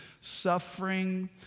Suffering